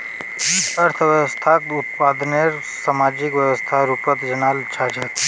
अर्थव्यवस्थाक उत्पादनेर सामाजिक व्यवस्थार रूपत जानाल जा छेक